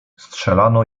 strzelano